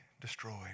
destroyed